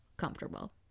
comfortable